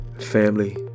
family